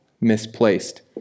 misplaced